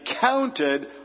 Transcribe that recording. counted